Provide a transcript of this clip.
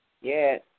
Yes